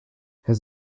his